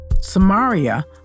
Samaria